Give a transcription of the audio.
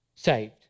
saved